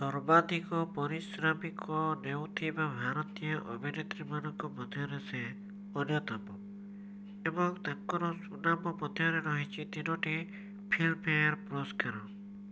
ସର୍ବାଧିକ ପରିଶ୍ରାମିକ ନେଉଥିବା ଭାରତୀୟ ଅଭିନେତ୍ରୀ ମାନଙ୍କ ମଧ୍ୟରେ ସେ ଅନ୍ୟତମ ଏବଂ ତାଙ୍କର ସୁନାମ ମଧ୍ୟରେ ରହିଛି ତିନୋଟି ଫିଲ୍ମ ଫେୟାର୍ ପୁରସ୍କାର